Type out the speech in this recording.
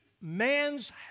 man's